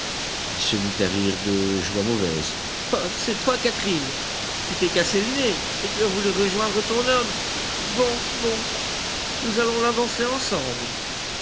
il se mit à rire d'un rire de joie mauvaise ah c'est toi catherine tu t'es cassé le nez et tu as voulu rejoindre ton homme bon bon nous allons la danser ensemble